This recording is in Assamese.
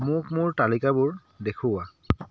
মোক মোৰ তালিকাবোৰ দেখুওৱা